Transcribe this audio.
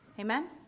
Amen